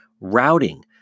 routing